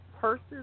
Purses